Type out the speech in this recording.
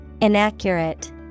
Inaccurate